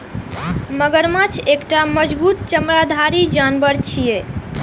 मगरमच्छ एकटा मजबूत चमड़ाधारी जानवर छियै